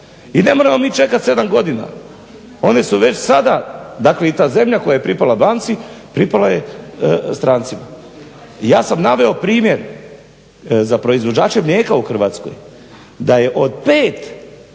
I ne moramo mi čekati 7 godina one su već sada dakle i ta zemlja koja je pripala banci, pripala je strancima. I ja sam naveo primjer za proizvođače mlijeka u Hrvatskoj, da je od 5